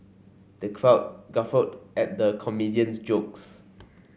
the crowd guffawed at the comedian's jokes